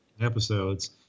episodes